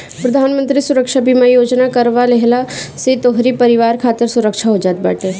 प्रधानमंत्री सुरक्षा बीमा योजना करवा लेहला से तोहरी परिवार खातिर सुरक्षा हो जात बाटे